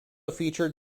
featured